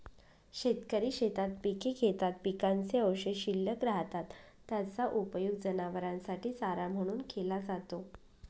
शेतकरी शेतात पिके घेतात, पिकाचे अवशेष शिल्लक राहतात, त्याचा उपयोग जनावरांसाठी चारा म्हणून केला जातो